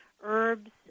herbs